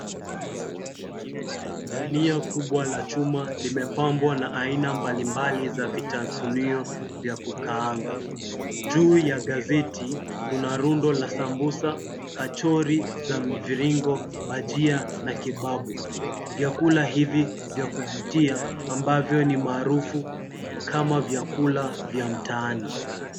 Sinia kubwa la chuma imepamba na aina mbalimbali ya vitafunio vya kukaanga juu ya gazeti kuna sambusa kachori za mviringo na bajia ya mviringo, vyakula hivi vya vutia ambavyo ni maarufu kama vyakula vya mtaani.